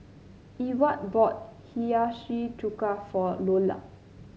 Ewart bought Hiyashi Chuka for Lola